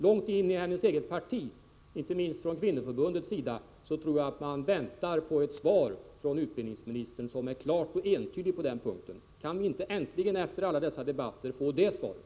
Långt in i hennes eget parti, inte minst inom kvinnoförbundet, väntar man på ett svar från utbildningsministern som är klart och entydigt på denna punkt. Kan vi inte äntligen efter alla dessa debatter få det svaret?